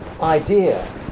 idea